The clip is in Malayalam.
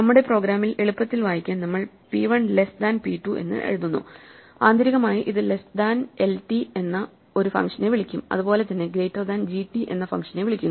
നമ്മുടെ പ്രോഗ്രാമിൽ എളുപ്പത്തിൽ വായിക്കാൻ നമ്മൾ p 1 ലെസ്സ് ദാൻ പി 2 എന്ന് എഴുതുന്നു ആന്തരികമായി ഇത് ലെസ്സ് ദാൻ lt എന്ന ഒരു ഫംഗ്ഷനെ വിളിക്കും അതുപോലെ തന്നെ ഗ്രെറ്റർ ദാൻ gt എന്ന ഫംഗ്ഷനെ വിളിക്കുന്നു